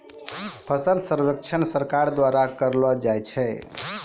फसल सर्वेक्षण सरकार द्वारा करैलो जाय छै